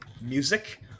music